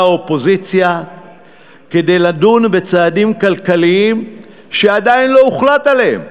האופוזיציה כדי לדון בצעדים כלכליים שעדיין לא הוחלט עליהם.